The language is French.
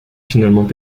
finalement